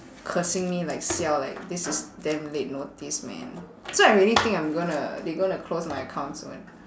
cursing me like siao like this is damn late notice man so I really think I'm gonna they gonna close my account soon